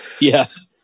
Yes